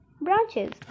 branches